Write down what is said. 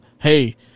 hey